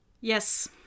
Yes